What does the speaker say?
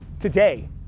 today